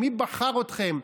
מי בחר אתכם?